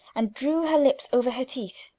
and drew her lips over her teeth.